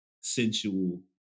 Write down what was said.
sensual